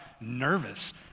nervous